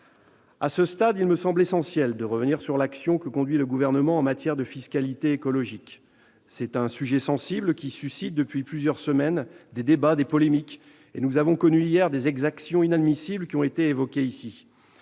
À ce stade, il me semble essentiel de revenir sur l'action que conduit le Gouvernement en matière de fiscalité écologique. C'est un sujet sensible, qui suscite, depuis plusieurs semaines, des débats voire des polémiques. Des exactions inadmissibles, évoquées tout